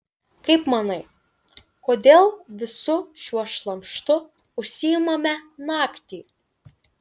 kaip manai kodėl visu šiuo šlamštu užsiimame naktį